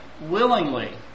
willingly